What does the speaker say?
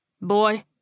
Boy